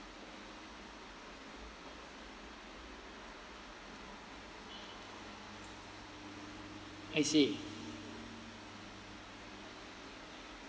I see